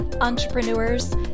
entrepreneurs